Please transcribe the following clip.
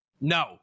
no